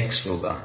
Ax होगा